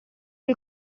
del